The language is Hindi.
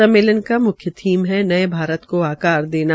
सम्मेलन का थीम है नये भारत को आकार देना